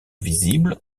visibles